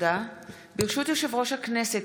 ברשות יושב-ראש הכנסת,